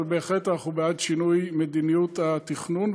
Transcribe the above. אבל בהחלט אנחנו בעד שינוי מדיניות התכנון,